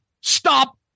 stop